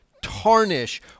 tarnish